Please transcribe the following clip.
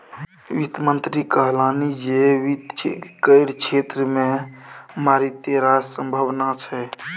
वित्त मंत्री कहलनि जे वित्त केर क्षेत्र मे मारिते रास संभाबना छै